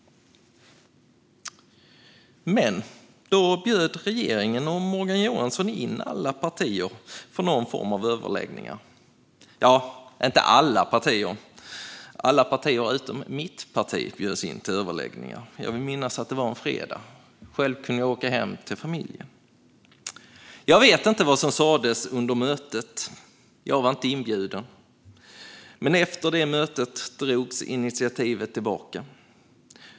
Men då bjöd regeringen och Morgan Johansson in alla partier för någon form av överläggningar. Ja, det var inte alla partier; alla partier utom mitt bjöds in. Jag vill minnas att det var en fredag. Själv kunde jag åka hem till familjen. Jag vet inte vad som sas under mötet. Jag var inte inbjuden. Men efter mötet drogs initiativet tillbaka.